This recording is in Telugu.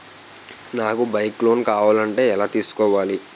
నాకు బైక్ లోన్ కావాలంటే ఎలా తీసుకోవాలి?